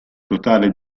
totale